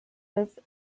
ist